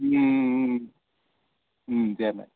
ம் ம் ம் ம் ம் சரிண்ண